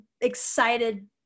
excited